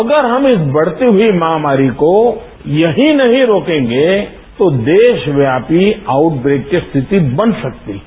अगर हम इस बढ़ती हुई महामारी को यहीं नहीं रोकेंगे तो देशव्यापी आउट बेड की स्थिति बन सकती है